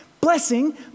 Blessing